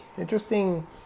interesting